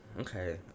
okay